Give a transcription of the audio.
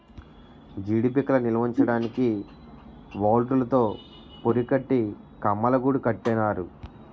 జీడీ పిక్కలు నిలవుంచడానికి వౌల్తులు తో పురికట్టి కమ్మలగూడు కట్టినారు